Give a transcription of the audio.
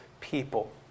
people